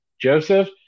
Joseph